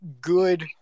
good